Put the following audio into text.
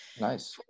nice